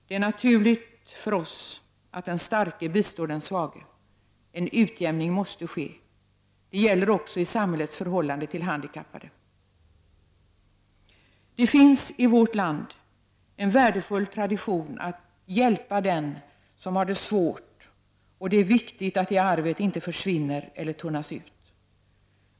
Det är naturligt för oss att den starke bistår den svage. En utjämning måste ske. Det gäller också i samhällets förhållande till handikappade. Det finns i vårt land en värdefull tradition att hjälpa den som har det svårt, och det är viktigt att det arvet inte försvinner eller tunnas ut.